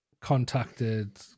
contacted